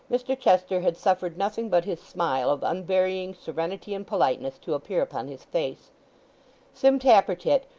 mr chester had suffered nothing but his smile of unvarying serenity and politeness to appear upon his face sim tappertit,